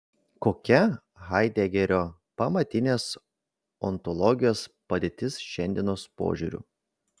kokia haidegerio pamatinės ontologijos padėtis šiandieniu požiūriu